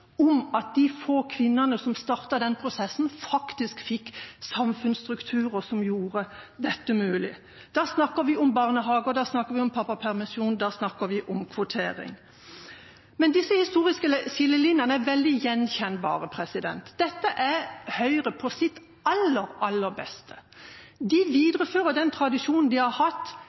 om at de få kvinnene som startet den prosessen, faktisk fikk samfunnsstrukturer som gjorde dette mulig. Da snakker vi om barnehager, da snakker vi om pappapermisjon, da snakker vi om kvotering. Men disse historiske skillelinjene er veldig gjenkjennbare. Dette er Høyre på sitt aller, aller beste. De viderefører den tradisjonen de har hatt